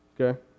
Okay